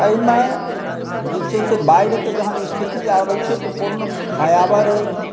एहिमे जे छै से बाढ़िके जहन स्थिति आबै छै तऽ ओ पूर्ण भयावह रहै छै